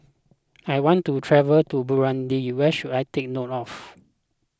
I want to travel to Burundi what should I take note of